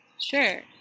Sure